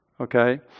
Okay